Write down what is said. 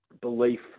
belief